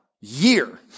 year